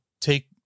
take